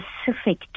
specific